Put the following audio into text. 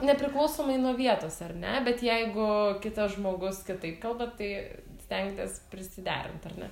nepriklausomai nuo vietos ar ne bet jeigu kitas žmogus kitaip kalba tai stengiatės prisiderint ar ne